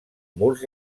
murs